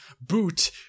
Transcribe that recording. boot